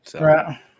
right